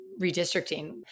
redistricting